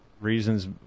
reasons